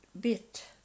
bit